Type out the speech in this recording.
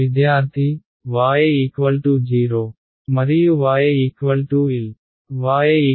విద్యార్థి y0 మరియు yL